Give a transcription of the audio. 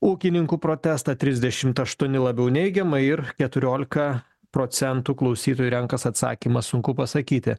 ūkininkų protestą trisdešim aštuoni labiau neigiamai ir keturiolika procentų klausytojų renkas atsakymą sunku pasakyti